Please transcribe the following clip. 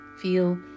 Feel